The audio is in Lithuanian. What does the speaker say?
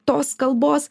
tos kalbos